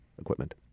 equipment